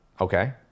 Okay